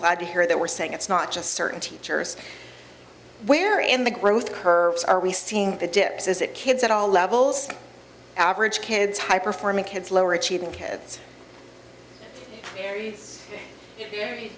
glad to hear they were saying it's not just certain teachers where in the growth curves are we seeing the dips is it kids at all levels average kids high performing kids lower achieving kids very very